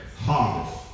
harvest